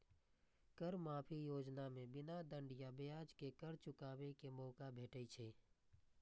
कर माफी योजना मे बिना दंड आ ब्याज के कर चुकाबै के मौका भेटै छै